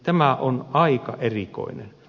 tämä on aika erikoinen